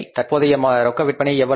தற்போதைய ரொக்க விற்பனை எவ்வளவு